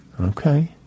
Okay